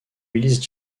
willis